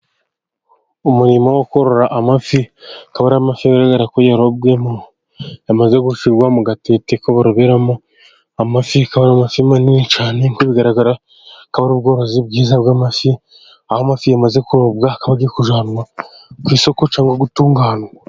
Umurimo wo korora amafi, akaba ari amafi bigaragara ko yarobwe, yamaze gushyirwa mu gatete ko baroberamo amafi, akaba ari amafi manini cyane kuko bigaragara ko ari ubworozi bwiza bw'amafi, aho amafi yamaze kurobwa akaba agiye kujyanwa ku isoko cyangwa gutunganwa.